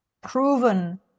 proven